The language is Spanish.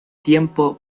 tiempo